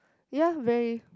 ya very